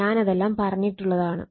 ഞാനതെല്ലാം പറഞ്ഞിട്ടുള്ളതാണ്